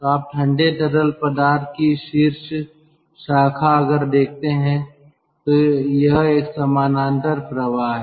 तो आप ठंडे तरल पदार्थ की शीर्ष शाखा अगर देखते हैं यह एक समानांतर प्रवाह है